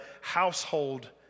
household